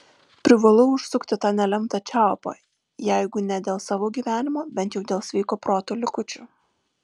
privalau užsukti tą nelemtą čiaupą jeigu ne dėl savo gyvenimo bent jau dėl sveiko proto likučių